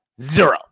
zero